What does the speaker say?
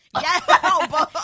Yes